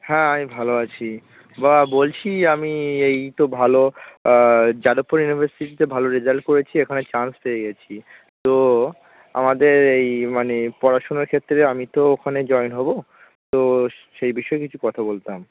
হ্যাঁ আমি ভালো আছি বাবা বলছি আমি এই তো ভালো যাদবপুর ইউনিভার্সিটিতে ভালো রেজাল্ট করেছি এখানে চান্স পেয়ে গেছি তো আমাদের এই মানে পড়াশোনার ক্ষেত্রে আমি তো ওখানে জয়েন হবো তো সেই বিষয়ে কিছু কথা বলতাম